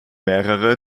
mehrere